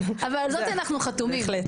אבל על זאת אנחנו חתומים.